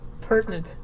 pertinent